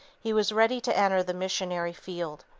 he was ready to enter the missionary field.